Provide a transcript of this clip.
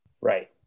Right